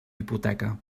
hipoteca